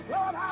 Lord